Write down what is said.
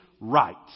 right